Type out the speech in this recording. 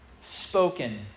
spoken